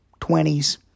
20s